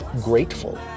grateful